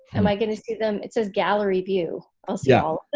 am i gonna see them, it says gallery view, i'll see yeah. all yeah